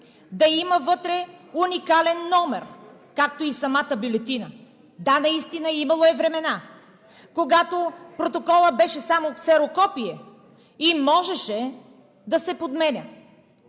да има вътре уникален номер, както и самата бюлетина. Да, наистина е имало времена, когато протоколът беше само ксерокопие и можеше да се подменя.